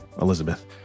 Elizabeth